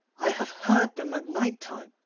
i have heard them at night-time,